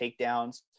takedowns